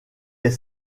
est